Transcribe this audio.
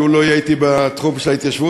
כי הוא לא יהיה אתי בתחום של ההתיישבות,